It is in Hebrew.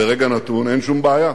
ברגע נתון, אין שום בעיה.